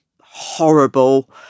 horrible